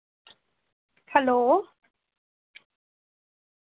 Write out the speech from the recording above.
hello